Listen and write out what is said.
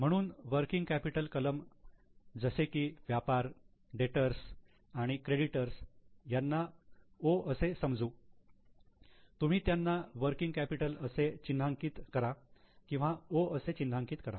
म्हणून working capital कलम जसे की व्यापार डेटर्स आणि क्रेडिटर्स यांना 'O' असे समजू तुम्ही त्यांना वर्किंग कॅपिटल असे चिन्हांकित करा किंवा 'O' असे चिन्हांकित करा